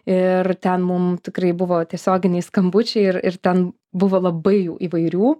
ir ten mum tikrai buvo tiesioginiai skambučiai ir ir ten buvo labai jų įvairių